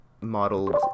modeled